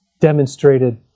demonstrated